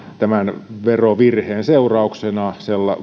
tämän verovirheen seurauksena